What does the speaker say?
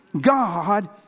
God